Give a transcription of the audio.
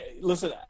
listen